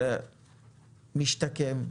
של משתקם,